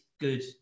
good